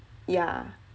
yah